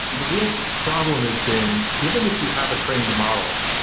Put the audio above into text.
the real problem has been given that you have a trained model,